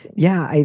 yeah,